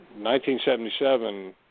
1977